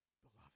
Beloved